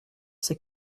c’est